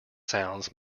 sounds